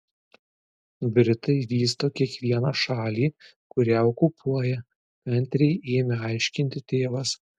britai vysto kiekvieną šalį kurią okupuoja kantriai ėmė aiškinti tėvas